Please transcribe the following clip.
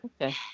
Okay